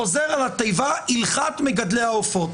חוזר על התיבה "הלכת מגדלי העופות",